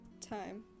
time